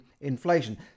inflation